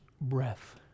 breath